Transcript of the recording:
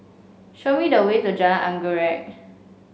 show me the way to Jalan Anggerek